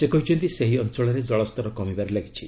ସେ କହିଛନ୍ତି ସେହି ଅଞ୍ଚଳରେ ଜଳସ୍ତର କମିବାରେ ଲାଗିଛି